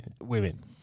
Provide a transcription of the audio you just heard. women